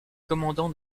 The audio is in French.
commandant